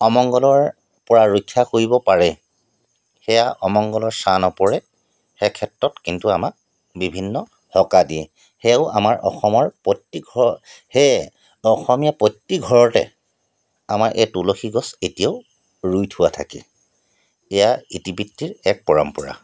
অমংগলৰ পৰা ৰক্ষা কৰিব পাৰে সেয়া অমংগলৰ ছাঁ নপৰে সেই ক্ষেত্ৰত কিন্তু আমাক বিভিন্ন সকাহ দিয়ে সেয়াও আমাৰ অসমৰ প্ৰত্যেক ঘৰ সেয়ে অসমীয়া প্ৰতি ঘৰতে আমাৰ এই তুলসী গছ এতিয়াও ৰুই থোৱা থাকে এয়া ইতিবৃত্তিৰ এক পৰম্পৰা